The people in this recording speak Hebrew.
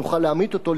נוכל להמית אותו,